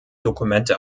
dokumente